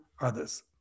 others